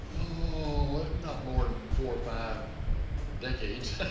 oh, not more than four or five decades.